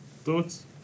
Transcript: Thoughts